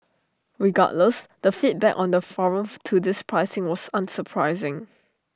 regardless the feedback on the forum to this pricing was unsurprising